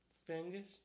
Spanish